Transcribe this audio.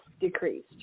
decreased